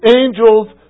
angel's